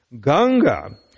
Ganga